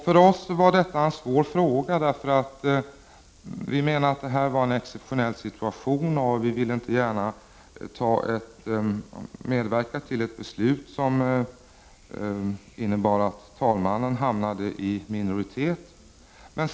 För oss var detta en svår fråga, för vi menar att det var en exceptionell situation. Vi ville inte gärna medverka till ett beslut, som innebar att talmannens förslag fick minoritet.